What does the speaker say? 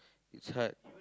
it's hard